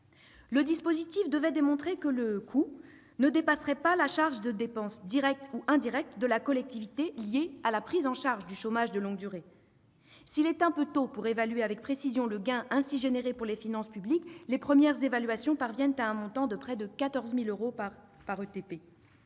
Le dispositif devait démontrer que son coût ne dépasserait pas la dépense directe et indirecte de la collectivité liée à la prise en charge du chômage de longue durée. S'il est un peu tôt pour évaluer avec précision le gain ainsi généré pour les finances publiques, les premières évaluations parviennent à un montant de près de 14 000 euros par ETP.